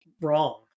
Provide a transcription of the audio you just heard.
wrong